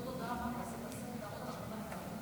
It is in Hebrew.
ועדת הכנסת בדבר הרכב ועדת הבריאות